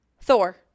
Thor